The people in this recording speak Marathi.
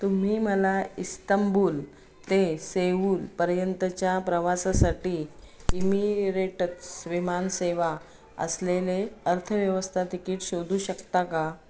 तुम्ही मला इस्तंबुल ते सेवूलपर्यंतच्या प्रवासासाठी इमिरेटस् विमान सेवा असलेले अर्थव्यवस्था तिकीट शोधू शकता का